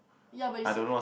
ya but you see